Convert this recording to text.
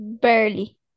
barely